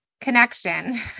connection